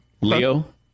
Leo